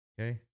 Okay